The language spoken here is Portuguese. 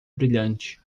brilhante